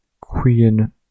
Queen